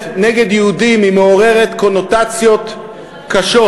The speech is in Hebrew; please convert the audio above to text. נגד יהודים היא מעוררת קונוטציות קשות.